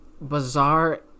bizarre